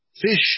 fish